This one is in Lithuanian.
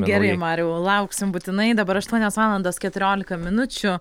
gerai mariau lauksim būtinai dabar aštuonios valandos keturiolika minučių